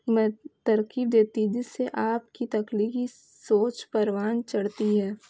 میں ترکیب دیتی ہے جس سے آپ کی تخلیقی سوچ پروان چڑھتی ہے